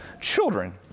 Children